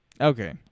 Okay